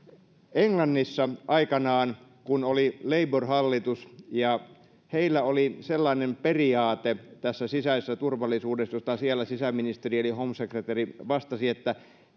englannissa aikanaan oli labour hallitus heillä oli sellainen periaate sisäisessä turvallisuudessa josta siellä sisäministeri eli home secretary vastasi että